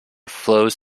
flows